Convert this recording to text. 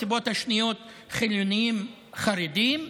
הסיבות השניות: חילונים וחרדים.